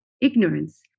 ignorance